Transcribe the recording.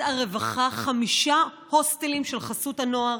הרווחה חמישה הוסטלים של חסות הנוער?